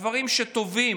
הדברים שטובים,